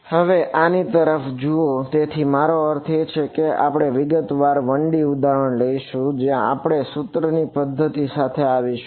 હવે આની તરફ જુઓ તેથી મારો અર્થ એ છે કે આપણે વિગતવાર 1D ઉદાહરણ લઈશું કે જ્યાં આપણે સૂત્રોની પદ્ધતિ સાથે આવીશું